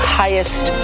highest